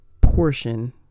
portion